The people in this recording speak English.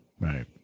right